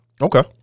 Okay